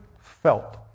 felt